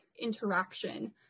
interaction